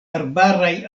arbaraj